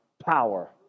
power